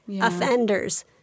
offenders